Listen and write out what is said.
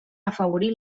afavorir